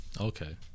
Okay